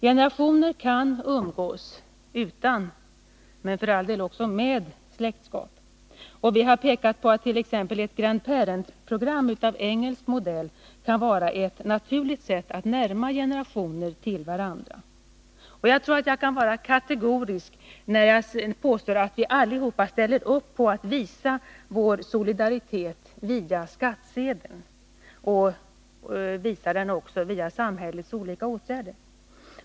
Generationer kan umgås utan — men för all del också med — släktskap, och vi har pekat på att t.ex. ett Grand parents-program av engelsk modell kan vara ett naturligt sätt att närma generationer till varandra. Jag tror att jag kan vara kategorisk när jag påstår att vi alla ställer upp på att visa vår solidaritet via skattsedeln och via samhällets olika åtgärder.